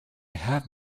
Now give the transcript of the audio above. have